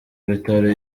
bitaro